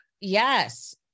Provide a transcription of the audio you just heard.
Yes